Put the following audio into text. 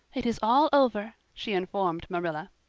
it is all over, she informed marilla.